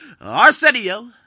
Arsenio